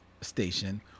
station